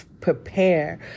prepare